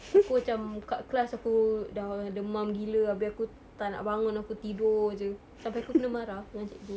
aku macam kat class aku dah demam gila habis aku tak nak bangun aku tidur jer sampai aku kena marah dengan cikgu